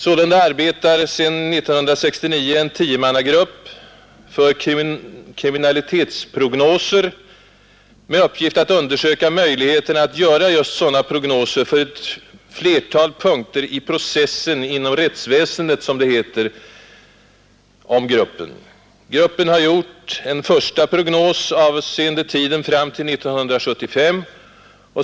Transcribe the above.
Sålunda arbetar sedan 1969 en tiomannagrupp för kriminalitetsprognoser, med uppgift att undersöka möjligheterna att göra just sådana prognoser ”för ett flertal punkter i processen inom rättsväsendet”, som det heter i en officiell notis om gruppen. Gruppen har gjort en första prognos avseende tiden fram till 1975.